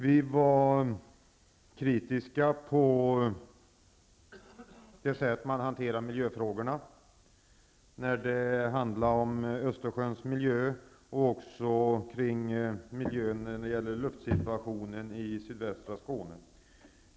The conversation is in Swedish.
Vi var kritiska mot det sätt miljöfrågorna hade hanterats när det gällde miljön i Östersjön och luftsituationen i sydvästra Skåne.